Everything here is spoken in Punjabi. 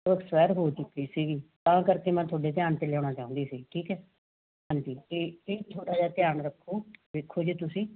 ਉਹ ਐਕਸਪਾਇਰ ਹੋ ਚੁੱਕੀ ਸੀਗੀ ਤਾਂ ਕਰਕੇ ਮੈਂ ਤੁਹਾਡੇ ਧਿਆਨ 'ਚ ਲਿਆਉਣਾ ਚਾਹੁੰਦੀ ਸੀ ਠੀਕ ਹੈ ਹਾਂਜੀ ਅਤੇ ਇਹ ਛੋਟਾ ਜਿਹਾ ਧਿਆਨ ਰੱਖੋ ਦੇਖੋ ਜੇ ਤੁਸੀਂ